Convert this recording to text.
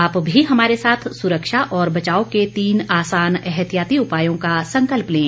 आप भी हमारे साथ सुरक्षा और बचाव के तीन आसान एहतियाती उपायों का संकल्प लें